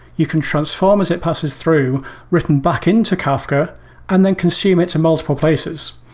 you can transform as it passes through written back into kafka and then consume it to multiple places.